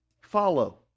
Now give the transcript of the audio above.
follow